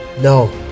No